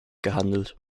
gehandelt